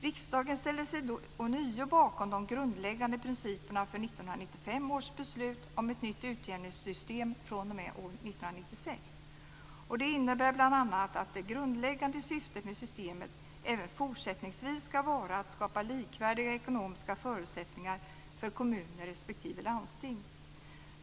Riksdagen ställde sig då ånyo bakom de grundläggande principerna för 1995 års beslut om ett nytt utjämningssystem fr.o.m. år 1996. Det innebär bl.a. att det grundläggande syftet med systemet även fortsättningsvis ska vara att skapa likvärdiga ekonomiska förutsättningar för kommuner respektive landsting.